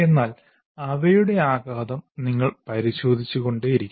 എന്നാൽ അവയുടെ ആഘാതം നിങ്ങൾ പരിശോധിച്ച് കൊണ്ടിരിക്കണം